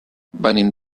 venim